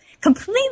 completely